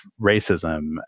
racism